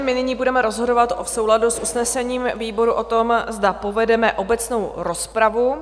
My nyní budeme rozhodovat v souladu s usnesením výboru o tom, zda povedeme obecnou rozpravu.